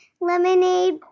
lemonade